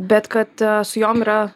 bet kad su jom yra